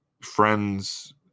friends